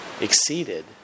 exceeded